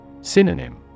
Synonym